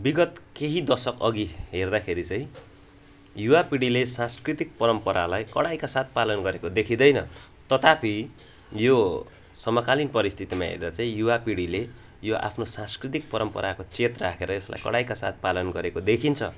विगत केही दशकअघि हेर्दाखेरि चाहिँ युवा पिँढीले सांस्कृतिक परम्परालाई कडाइका साथ पालन गरेको देखिँदैन तथापि यो समकालीन परिस्थितिमा हेर्दा चाहिँ युवा पिँढीले यो आफ्नो सांस्कृतिक परम्पराको चेत राखेर यसलाई कडाइका साथ पालन गरेको देखिन्छ